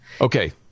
Okay